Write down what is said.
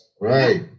Right